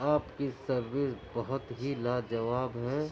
آپ کی سروس بہت ہی لا جواب ہے